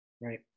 Right